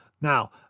Now